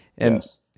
Yes